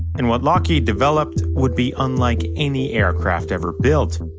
and what lockheed developed, would be unlike any aircraft ever built.